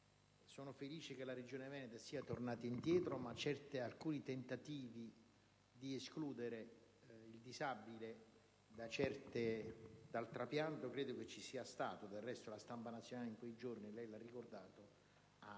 Sono felice che la Regione Veneto sia tornata indietro, ma alcuni tentativi di escludere il disabile dal trapianto credo ci siano stati. Del resto, la stampa nazionale in quei giorni - lei lo ha ricordato -